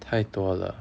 太多了